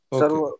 Okay